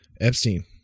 Epstein